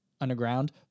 underground